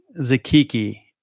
Zakiki